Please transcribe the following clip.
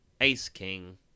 Ace-king